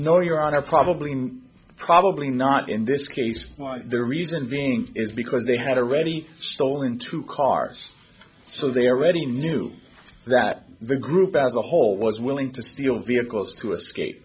no your honor probably probably not in this case the reason being is because they had already stolen two cars so they already knew that the group as a whole was willing to steal vehicles to escape